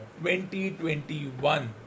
2021